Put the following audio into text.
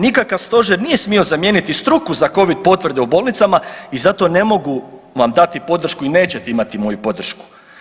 Nikakav stožer nije smio zamijeniti struku za covid potvrde u bolnicama i zato ne mogu vam dati podršku i nećete imati moju podršku.